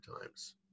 times